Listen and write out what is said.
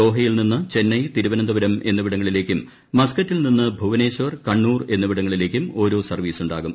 ദോഹയിൽ നിസ്റ്റ് ക്ട്ച്ന്നൈ തിരുവനന്തപുരം എന്നിവിടങ്ങളിലേക്കും മസ്ക്കറ്റിൽ നീന്നു് ഭൂവനേശ്വർ കണ്ണൂർ എന്നിവിടങ്ങളിലേക്കും ഓരോ സ്ർവ്വീസ് ഉണ്ടാകും